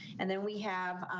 and then we have